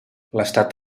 l’estat